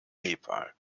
nepal